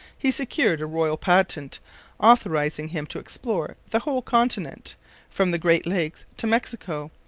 he secured a royal patent authorizing him to explore the whole continent from the great lakes to mexico,